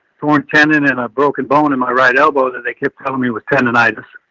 torn tendon and a broken bone in my right elbow that they kept telling me was tendonitis.